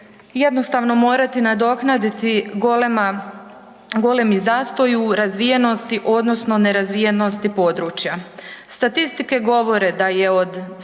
jednostavno morati nadoknaditi golema, golemi zastoj u razvijenosti odnosno nerazvijenosti područja. Statistike govore da je od 117